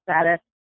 status